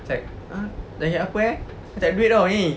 like uh jangkit apa eh tak ada duit [tau] nyayi